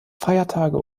feiertage